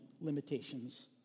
limitations